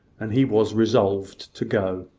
and he was resolved to go.